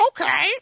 okay